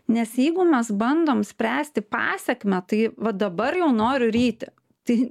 nes jeigu mes bandom spręsti pasekmę tai va dabar jau noriu ryti tai